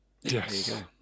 Yes